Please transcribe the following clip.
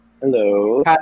Hello